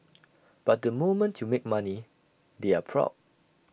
but the moment you make money they're proud